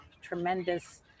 tremendous